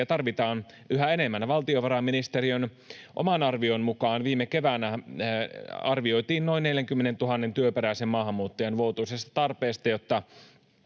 tarvitaan yhä enemmän. Valtiovarainministeriön oman arvion mukaan viime keväänä arvioitiin noin 40 000 työperäisen maahanmuuttajan vuotuisesta tarpeesta, jotta